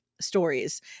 stories